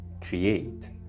create